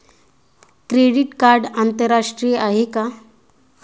Credit card आंतरराष्ट्रीय आहे का?